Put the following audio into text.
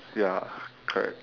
ya correct